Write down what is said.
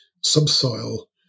subsoil